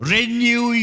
Renew